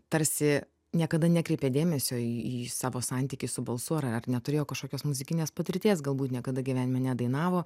tarsi niekada nekreipė dėmesio į į savo santykį su balsu ar neturėjo kažkokios muzikinės patirties galbūt niekada gyvenime nedainavo